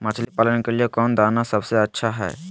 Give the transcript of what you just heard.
मछली पालन के लिए कौन दाना सबसे अच्छा है?